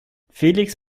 felix